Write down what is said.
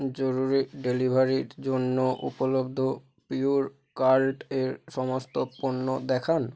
জরুরি ডেলিভারির জন্য উপলব্ধ পিওর কাল্ট এর সমস্ত পণ্য দেখান